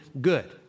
good